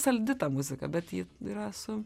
saldi ta muzika bet ji yra su